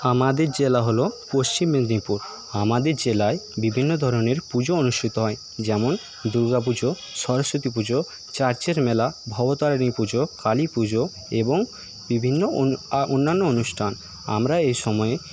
আমাদের জেলা হল পশ্চিম মেদিনীপুর আমাদের জেলায় বিভিন্ন ধরনের পুজো অনুষ্ঠিত হয় যেমন দুর্গাপুজো সরস্বতীপুজো চার্চের মেলা ভবতারিণীপুজো কালীপুজো এবং বিভিন্ন অন্যান্য অনুষ্ঠান আমরা এ সময়ে